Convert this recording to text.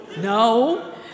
no